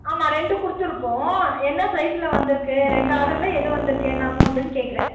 ஆமாம் ரெண்டு கொடுத்துருக்கோம் என்ன சைஸில் வந்துயிருக்கு ரெண்டு ஆர்டரில் எது வந்துயிருக்கு என்ன அமெளண்ட்னு கேட்குறன்